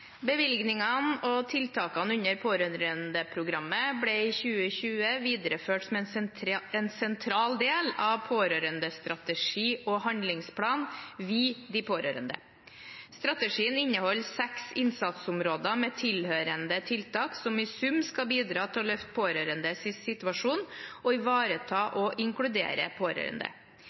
Bevilgningene og tiltakene under pårørendeprogrammet ble i 2020 videreført som en sentral del av regjeringens pårørendestrategi og handlingsplan, «Vi – de pårørende». Strategien inneholder seks innsatsområder med tilhørende tiltak som i sum skal bidra til å løfte pårørendes situasjon, og ivareta og inkludere pårørende.